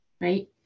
right